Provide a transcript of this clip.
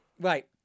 Right